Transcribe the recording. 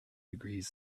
degrees